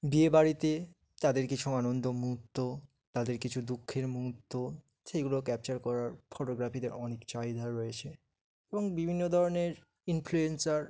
বিয়েবাড়িতে তাদের কিছু আনন্দ মুহুর্ত তাদের কিছু দুঃখের মুহুর্ত সেইগুলো ক্যাপচার করার ফটোগ্রাফিদের অনেক চাহিদা রয়েছে এবং বিভিন্ন ধরনের ইনফ্লুয়েন্সার